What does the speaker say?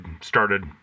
started